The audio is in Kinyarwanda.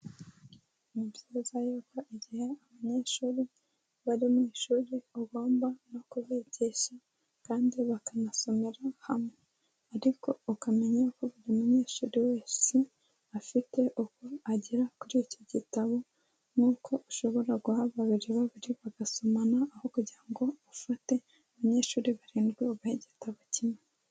Ni byiza yuko igihe abanyeshuri bari mu ishuri ugomba no kubigisha kandi bakanasomera hamwe ariko ukamenya ko buri munyeshuri wese afite uko agera kuri iki gitabo nk'uko ashobora guhamagarira babiri bagasomana, aho kugira ngo ufate abanyeshuri barindwi ubahe igitabo kimwe.